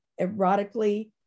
erotically